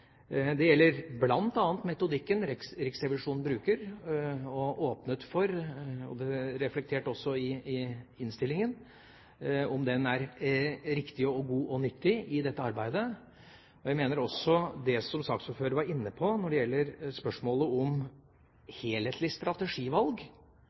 Det gjelder bl.a. om den metodikken Riksrevisjonen bruker og åpnet for – som også er reflektert i innstillingen – er riktig, god og nyttig i dette arbeidet. Jeg mener også det som saksordføreren var inne på når det gjelder spørsmålet